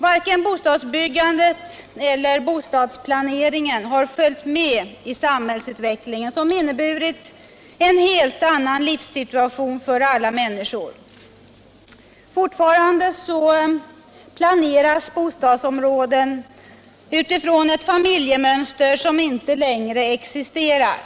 Varken bostadsbyggandet eller bostadsplaneringen har följt med i samhällsutvecklingen, som inneburit en helt annan livssituation för alla människor. Fortfarande planeras bostadsområden med utgång från ett fa miljemönster som inte längre existerar.